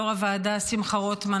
יו"ר הוועדה שמחה רוטמן,